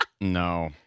No